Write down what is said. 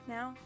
Now